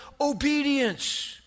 obedience